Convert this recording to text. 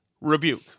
rebuke